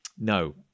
No